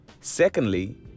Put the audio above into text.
Secondly